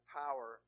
power